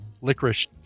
licorice